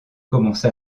commence